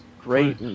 great